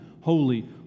holy